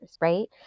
right